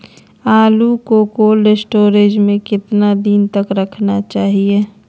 आलू को cold store में कितना दिन तक रखना चाहिए?